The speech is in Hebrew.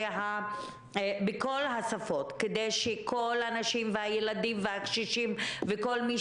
בכל השפות כדי שכל הנשים והילדים והקשישים וכל מי